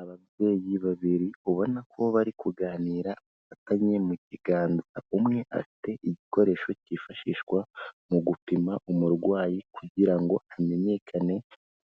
Ababyeyi babiri ubona ko bari kuganira bafatanye mu kiganza, umwe afite igikoresho cyifashishwa mu gupima umurwayi kugira ngo hamenyekane